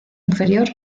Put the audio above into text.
inferior